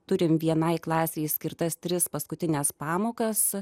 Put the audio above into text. turime vienai klasei skirtas tris paskutines pamokas